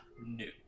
new